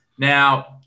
Now